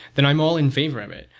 then i'm all in favor of it.